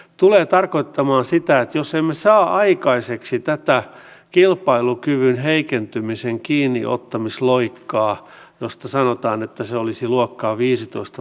tulee tarkoittamaan sitä jos emme saa aikaiseksi tätä täällä on paljon painotettu sitä että se olisi luokkaa viisitoista